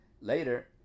later